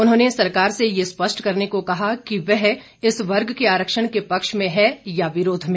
उन्होंने सरकार से ये स्पष्ट करने को कहा है कि वह इस वर्ग के आरक्षण के पक्ष में है या विरोध में